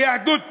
ליהדות פולין,